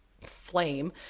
flame